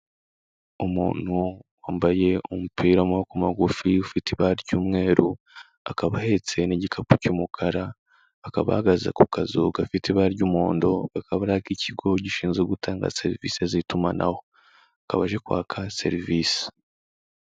Umuntu wambaye umupira w'amaboko magufi ufite ibara ry'umweru akaba ahetse n'igikapu cy'umukara, akaba ahagaze ku kazu gafite ibara ry'umuhondo kakaba ari ak'ikigo gishinzwe gutanga serivise z'itumanaho, akaba aje kwaka serivisi.